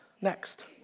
next